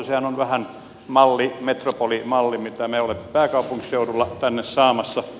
sehän on vähän metropoli malli mitä me olemme pääkaupunkiseudulla tänne saamassa